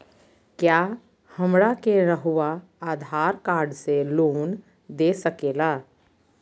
क्या हमरा के रहुआ आधार कार्ड से लोन दे सकेला?